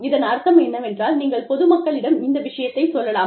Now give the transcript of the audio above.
இதன் அர்த்தம் என்னவென்றால் நீங்கள் பொது மக்களிடம் இந்த விஷயத்தை சொல்லலாம்